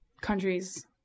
countries